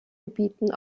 gebieten